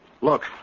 Look